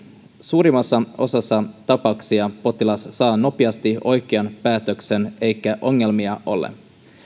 suurimmassa osassa tapauksia potilas saa nopeasti oikean päätöksen eikä ongelmia ole